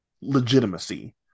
legitimacy